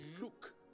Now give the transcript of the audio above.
look